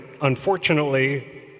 unfortunately